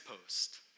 post